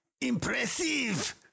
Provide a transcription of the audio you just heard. Impressive